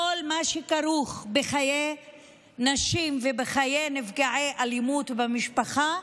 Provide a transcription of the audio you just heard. מה שכרוך בחיי נשים ובחיי נפגעי אלימות במשפחה,